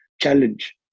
challenge